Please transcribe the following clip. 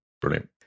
Brilliant